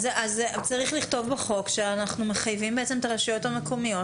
צריך לכתוב בחוק שאנחנו מחייבים את הרשויות המקומיות